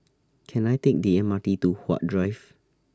Can I Take The M R T to Huat Drive